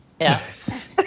Yes